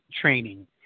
training